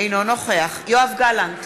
אינו נוכח יואב גלנט,